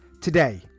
Today